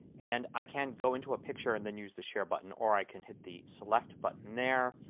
and i can go into a picture and then use the share button or i can hit the select button there.